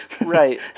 Right